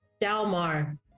Dalmar